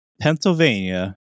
Pennsylvania